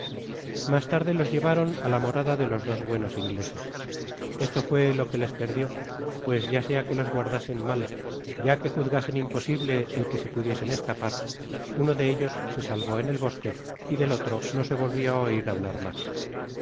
etc más'tarde los llevaron á la morada dd os dos buenos ingleses esto fué lo que les perdió pues ya'sea que los guardasen mal ya que juzgasen imposible el que se pudiesen escapar ano de ellos se salvo en el bosque y del otro ho se volvió á oir hablar mas